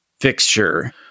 fixture